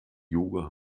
yoga